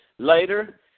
Later